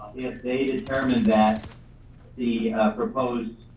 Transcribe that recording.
if they determined that the proposed